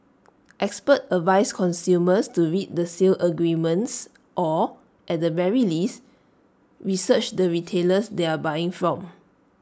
experts advise consumers to read the sales agreements or at the very least research the retailers they are buying from